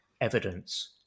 evidence